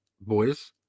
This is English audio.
boys